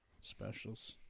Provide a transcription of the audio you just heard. specials